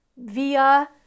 via